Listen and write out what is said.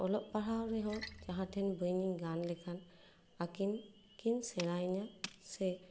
ᱚᱞᱚᱜ ᱯᱟᱲᱦᱟᱣ ᱨᱮᱦᱚᱸ ᱡᱟᱦᱟᱸ ᱴᱷᱮᱱ ᱵᱟᱹᱧ ᱜᱟᱱ ᱞᱮᱠᱷᱟᱱ ᱟᱹᱠᱤᱱ ᱠᱤᱱ ᱥᱮᱬᱟ ᱟᱹᱧᱟᱹ ᱥᱮ